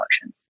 emotions